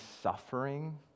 suffering